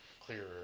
clearer